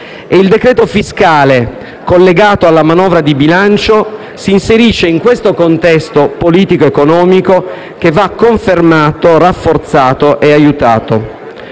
E il decreto fiscale, collegato alla manovra di bilancio, si inserisce in questo contesto politico-economico, che va confermato, rafforzato e aiutato.